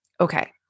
Okay